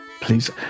please